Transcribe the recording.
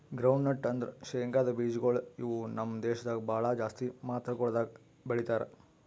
groundnut ಅಂದುರ್ ಶೇಂಗದ್ ಬೀಜಗೊಳ್ ಇವು ನಮ್ ದೇಶದಾಗ್ ಭಾಳ ಜಾಸ್ತಿ ಮಾತ್ರಗೊಳ್ದಾಗ್ ಬೆಳೀತಾರ